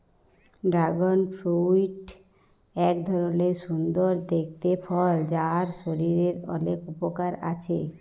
dragon fruit এক ধরলের সুন্দর দেখতে ফল যার শরীরের অলেক উপকার আছে